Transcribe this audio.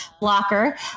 blocker